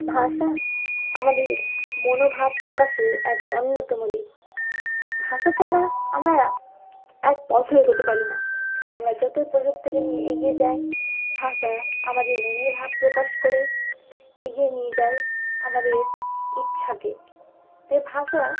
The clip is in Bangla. ভাষা আমাদের মনোভাব প্রকাশের এক অন্যতম দিক ভাষা ছাড়া আমরা এক পথ এগোতে পারি না আমরা যতই প্রযুক্তিকে নিয়ে এগিয়ে যাই ভাষা আমাদের মনের ভাব প্রকাশ করে এগিয়ে নিয়ে যায় আমাদের ইচ্ছাকে তাই ভাষা